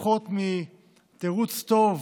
הופכות מתירוץ טוב